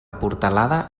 portalada